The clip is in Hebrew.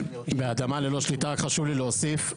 חשוב לי להוסיף.